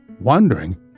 wondering